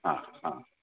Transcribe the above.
हा हा